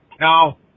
Now